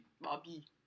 bobby